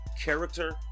character